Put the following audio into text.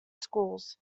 schools